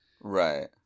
Right